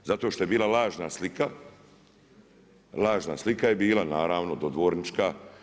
Zato što je bila lažna slika, lažna slika je bila, naravno, dodvornička.